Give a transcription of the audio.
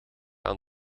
aan